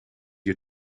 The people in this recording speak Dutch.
hij